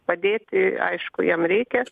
padėti aišku jam reikia